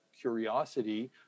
curiosity